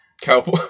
Cowboy